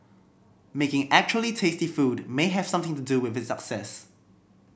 making actually tasty food may have something to do with its success